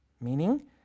meaning